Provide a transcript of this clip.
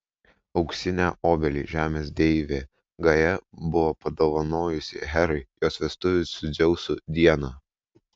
auksinę obelį žemės deivė gaja buvo padovanojusi herai jos vestuvių su dzeusu dieną